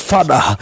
Father